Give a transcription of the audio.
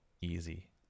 easy